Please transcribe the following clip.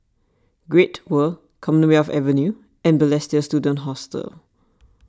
Great World Commonwealth Avenue and Balestier Student Hostel